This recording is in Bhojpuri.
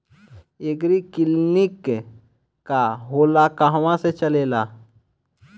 एगरी किलिनीक का होला कहवा से चलेँला?